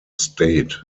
state